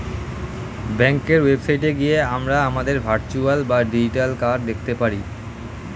ব্যাঙ্কের ওয়েবসাইটে গিয়ে আমরা আমাদের ভার্চুয়াল বা ডিজিটাল কার্ড দেখতে পারি